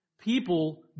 People